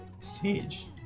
Sage